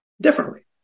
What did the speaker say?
differently